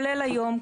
כולל היום,